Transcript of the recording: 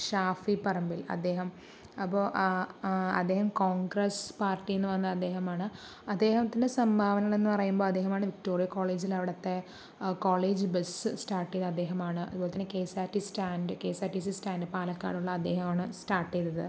ഷാഫി പറമ്പിൽ അദ്ദേഹം അപ്പോ അദ്ദേഹം കോൺഗ്രസ് പാർട്ടിയിൽ നിന്ന് വന്ന അദ്ദേഹമാണ് അദ്ദേഹത്തിൻ്റെ സംഭാവനകൾ എന്ന് പറയുമ്പോൾ അദ്ദേഹമാണ് വിക്ടോറിയ കോളേജിൽ അവിടുത്തെ കോളേജ് ബസ് സ്റ്റാർട്ട് ചെയ്തത് അദ്ദേഹമാണ് അതേപോലെത്തന്നെ K S R T C stand K S R T C stand Palakkad ഉള്ള അദ്ദേഹമാണ് സ്റ്റാർട്ട് ചെയ്തത്